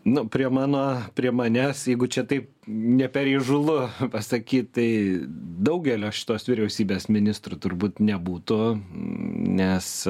nu prie mano prie manęs jeigu čia taip ne per įžūlu pasakyt tai daugelio šitos vyriausybės ministrų turbūt nebūtų nes